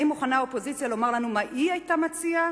האם מוכנה האופוזיציה לומר לנו מה היא היתה מציעה?